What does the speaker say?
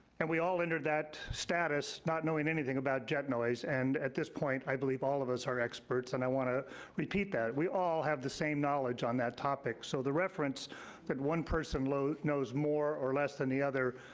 and we all entered that status not knowing anything about jet noise, and at this point, i believe all of us are experts, and i wanna repeat that. we all have the same knowledge on that topic, so the reference that one person knows more or less than the other,